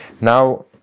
now